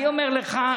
אני אומר לך,